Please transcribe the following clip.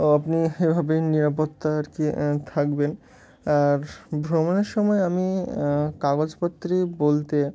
ও আপনি এভাবেই নিরাপত্তা আর কি থাকবেন আর ভ্রমণের সময় আমি কাগজপত্রে বলতে